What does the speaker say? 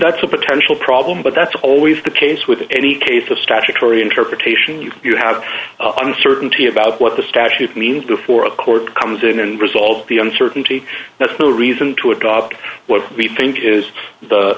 that's a potential problem but that's always the case with any case the statutory interpretation you you have uncertainty about what the statute means before a court comes in and result the uncertainty that's no reason to a dog what we think is the